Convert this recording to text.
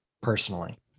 personally